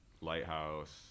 *Lighthouse*